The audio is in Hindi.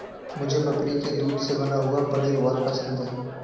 मुझे बकरी के दूध से बना हुआ पनीर बहुत पसंद है